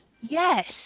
Yes